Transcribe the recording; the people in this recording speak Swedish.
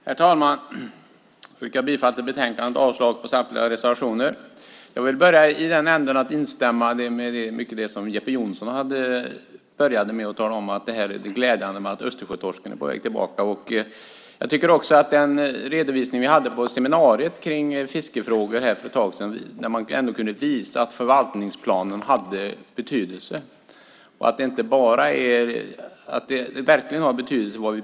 Herr talman! Jag yrkar bifall till utskottets förslag i betänkandet och avslag på samtliga reservationer. Jag vill börja med att instämma i det som Jeppe Johnsson sade om att det är glädjande att Östersjötorsken är på väg tillbaka. I den redovisning vi fick vid seminariet om fiskefrågor för ett tag sedan kunde man visa att förvaltningsplanen hade betydelse. Det som vi beslutar om politiskt har verkligen betydelse.